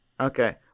Okay